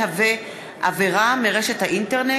לוועדת העבודה, הרווחה והבריאות נתקבלה.